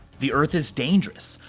the earth is dangerous.